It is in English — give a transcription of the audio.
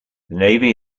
navy